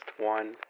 one